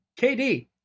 KD